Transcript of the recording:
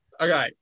Okay